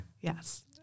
Yes